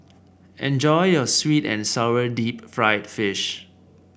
enjoy your sweet and sour Deep Fried Fish